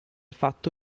fatto